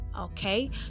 okay